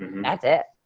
that's it.